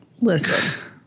Listen